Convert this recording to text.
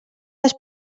les